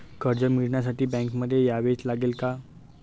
कर्ज मिळवण्यासाठी बँकेमध्ये यावेच लागेल का?